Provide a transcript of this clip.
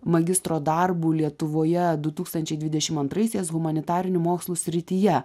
magistro darbu lietuvoje du tūkstančiai dvidešimt antraisiais humanitarinių mokslų srityje